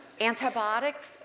antibiotics